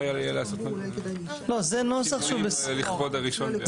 יהיה לעשות שינויים לכבוד ה-1 בינואר.